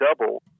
double